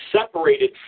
separated